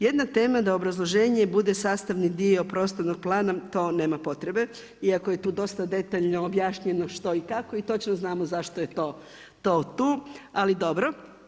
Jedna tema da obrazloženje bude sastavni dio prostornog plana to nema potrebe iako je tu dosta detaljno objašnjeno što i kako i točno znamo zašto je to tu ali dobro.